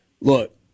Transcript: Look